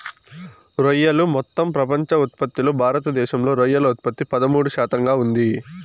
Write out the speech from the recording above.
రొయ్యలు మొత్తం ప్రపంచ ఉత్పత్తిలో భారతదేశంలో రొయ్యల ఉత్పత్తి పదమూడు శాతంగా ఉంది